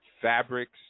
fabrics